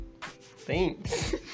Thanks